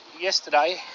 yesterday